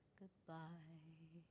goodbye